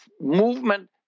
movement